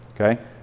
Okay